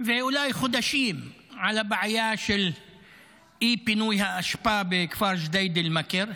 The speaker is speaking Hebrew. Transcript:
ואולי חודשים על הבעיה של אי-פינוי האשפה בכפר ג'דיידה-מכר,